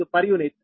u